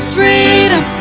freedom